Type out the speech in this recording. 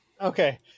Okay